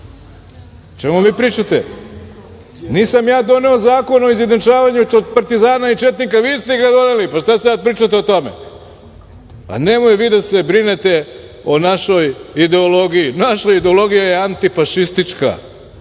čemu vi pričate nisam ja doneo Zakon o izjednačavanju tog partizana i četnika vi ste ga doveli, pa šta sada pričate o tome? Nemojte vi da se brinete o našoj ideologiji, naša ideologija je antifašistička